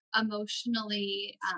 emotionally